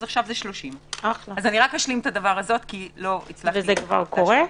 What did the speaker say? אז עכשיו זה 30. זה קורה כבר?